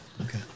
Okay